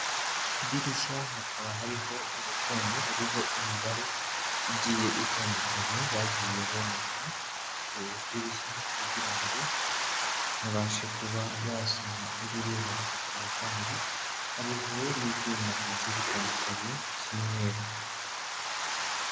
Ku idirishya hakaba hariho urutonde ruriho imibare igiye itandukanye, bagiye bomeka ku idirishya kugira ngo babashe kuba basoma ibiriho, hakaba kandi hariho n'ibyuma bigiye bitandukanye by'imyeru.